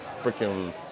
freaking